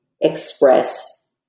express